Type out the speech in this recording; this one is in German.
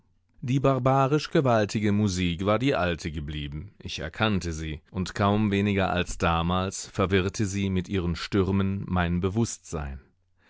die barbarisch gewaltige musik war die alte geblieben ich erkannte sie und kaum weniger als damals verwirrte sie mit ihren stürmen mein bewußtsein